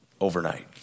overnight